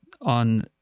on